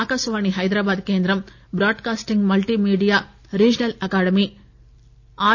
ఆకాశవాణి హైదరాబాద్ కేంద్రం broadcasting multimedia regional academy are